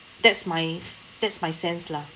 that's my that's my sense lah